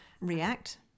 react